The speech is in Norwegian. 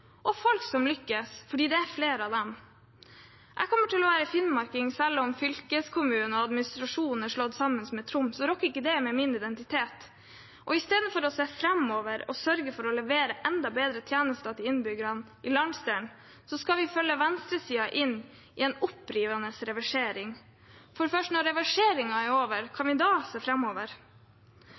og om folk som lykkes, for det er flere av dem. Jeg kommer alltid til å være finnmarking. Selv om fylkeskommunen og administrasjonen er slått sammen med Troms, rokker ikke det ved min identitet. Og istedenfor å se framover og sørge for å levere enda bedre tjenester til innbyggerne i landsdelen skal vi ifølge venstresiden inn i en opprivende reversering. For først når reverseringen er over, kan vi se